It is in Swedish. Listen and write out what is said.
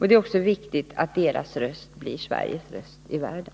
Det är också viktigt att deras röst blir Sveriges röst i världen.